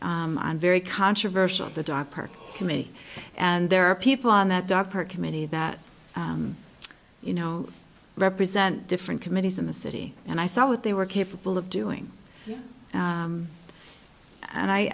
on very controversial the dog park committee and there are people on that doctor committee that you know represent different committees in the city and i saw what they were capable of doing and i